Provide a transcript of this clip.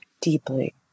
Deeply